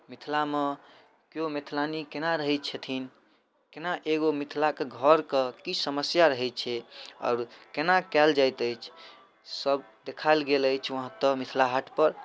मिथिलामे केओ मैथिलानी कोना रहै छथिन कोना एगो मिथिलाके घरके कि समस्या रहै छै आओर कोना कएल जाइत अछि सब देखाएल गेल अछि वहाँ तऽ मिथिला हाटपर